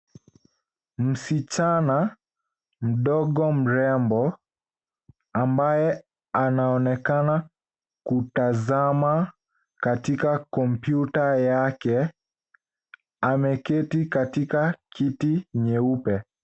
Msichana mdogo mrembo ambaye anaonekana kutazama katika kompyuta yake ameketi katika kiti nyeupe.